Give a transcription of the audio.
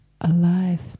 alive